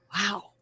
Wow